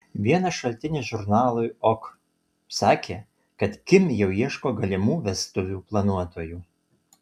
vienas šaltinis žurnalui ok sakė kad kim jau ieško galimų vestuvių planuotojų